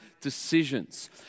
decisions